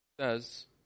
says